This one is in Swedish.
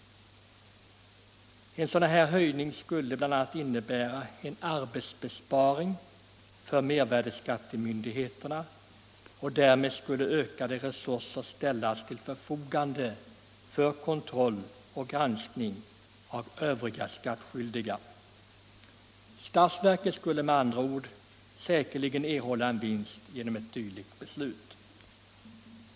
En sådan höjning skulle bl.a. innebära en arbetsbesparing för mervärdeskattemyndigheterna, och därmed skulle ökade resurser ställas till förfogande för kontroll och granskning av övriga skattskyldiga. Statsverket skulle med andra ord säkerligen erhålla en vinst genom ett dylikt beslut.